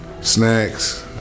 Snacks